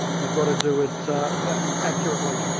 you've got to do it um accurately.